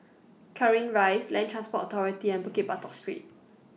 Cairnhill Rise Land Transport Authority and Bukit Batok Street